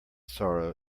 sorrow